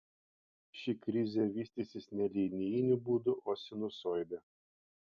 ši krizė vystysis ne linijiniu būdu o sinusoide